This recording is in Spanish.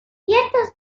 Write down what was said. ciertos